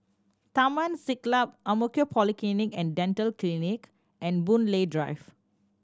Taman Siglap Ang Mo Kio Polyclinic and Dental Clinic and Boon Lay Drive